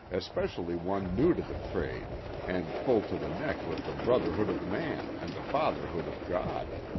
especially one new to the trade and full to the neck with the brotherhood of man and the fatherhood of god?